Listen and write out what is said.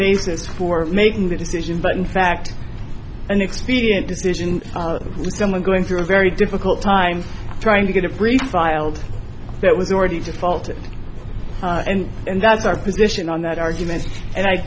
basis for making the decision but in fact an expedient decision of someone going through a very difficult time trying to get a brief filed that was already just felt it end and that's our position on that argument and i